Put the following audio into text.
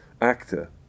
actor